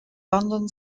london